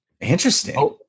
Interesting